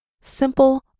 Simple